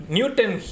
Newton